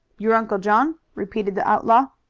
your uncle john? repeated the outlaw.